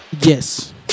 Yes